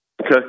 Okay